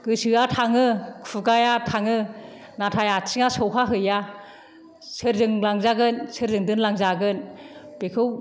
गोसोआ थाङो खुगाया थाङो नाथाय आथिङा सौहाहैया सोरजों लांजागोन सोरजों दोनलांजागोन बेखौ